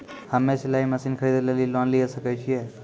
हम्मे सिलाई मसीन खरीदे लेली लोन लिये सकय छियै?